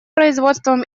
производством